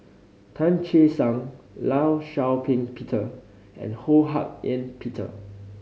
Tan Che Sang Law Shau Ping Peter and Ho Hak Ean Peter